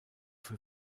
für